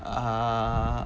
ah